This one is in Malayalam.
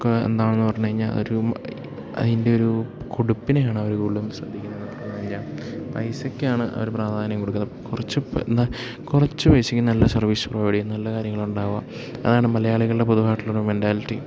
അവർക്ക് എന്താണെന്ന് പറഞ്ഞു കഴിഞ്ഞാൽ ഒരു അതിൻ്റെ ഒരു കൊടുപ്പിനെയാണ് അവർ കൂടുതലും ശ്രദ്ധിക്കുന്നത് പൈസക്കാണ് അവർ പ്രാധാന്യം കൊടുക്കുന്നത് കുറച്ച് എന്താ കുറച്ച് പൈസയ്ക്ക് നല്ല സർവീസ് പ്രൊവൈഡ് ചെയ്യുന്ന നല്ല കാര്യങ്ങളുണ്ടാവുക അതാണ് മലയാളികളുടെ പൊതുവായിട്ടുള്ളൊരു മെൻറ്റാലിറ്റി